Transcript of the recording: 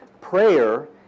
Prayer